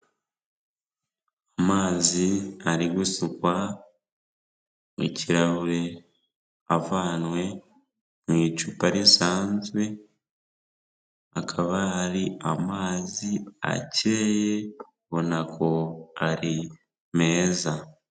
Amazi ari gusukwa mu kirahure avanywe mu icupa risanzwe, akaba ari amazi akeye ubona ko ari meza.